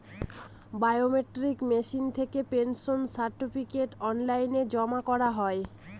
biometric machine থেকে pension certificate online জমা করা হয়